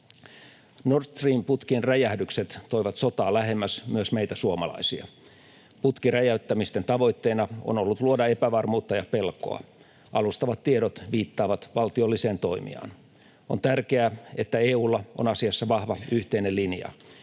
Nord Stream -putkien räjähdykset toivat sotaa lähemmäs myös meitä suomalaisia. Putkien räjäyttämisten tavoitteena on ollut luoda epävarmuutta ja pelkoa. Alustavat tiedot viittaavat valtiolliseen toimijaan. On tärkeää, että EU:lla on asiassa vahva yhteinen linja.